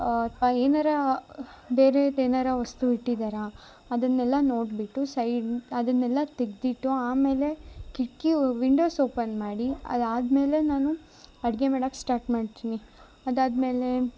ಅ ಅಥ್ವ ಏನಾರು ಬೇರೆದು ಏನಾರು ವಸ್ತು ಇಟ್ಟಿದಾರ ಅದನ್ನೆಲ್ಲ ನೋಡಿಬಿಟ್ಟು ಅದನ್ನೆಲ್ಲ ತೆಗ್ದು ಇಟ್ಟು ಆಮೇಲೆ ಕಿಟಕಿವು ವಿಂಡೋಸ್ ಓಪನ್ ಮಾಡಿ ಅದಾದಮೇಲೆ ನಾನು ಅಡುಗೆ ಮಾಡೋಕ್ ಸ್ಟಾರ್ಟ್ ಮಾಡ್ತಿನಿ ಅದಾದಮೇಲೆ